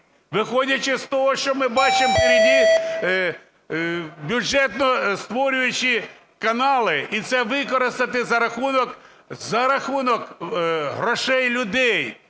Виходячи з того, що ми бачимо попереду бюджетостворюючі канали, і це використати за рахунок грошей людей.